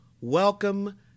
Welcome